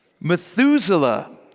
Methuselah